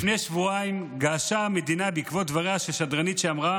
לפני שבועיים געשה המדינה בעקבות דבריה של שדרנית שאמרה